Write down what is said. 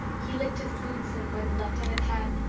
he licked his boots and when the lieutenant had,